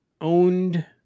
owned